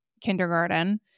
kindergarten